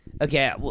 Okay